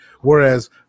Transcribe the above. whereas